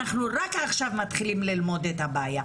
אנחנו רק עכשיו מתחילים ללמוד את הבעיה.